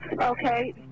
Okay